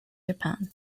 japan